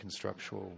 constructual